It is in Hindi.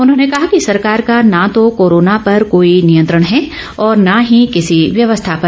उन्होंने कहा कि सरकार का न तो कोरोना पर कोई नियंत्रण है और न ही किसी व्यवस्था पर